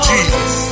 Jesus